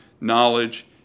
knowledge